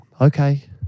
okay